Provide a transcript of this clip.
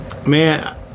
Man